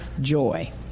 joy